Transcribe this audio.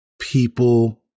people